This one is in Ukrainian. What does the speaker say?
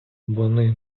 вони